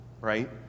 Right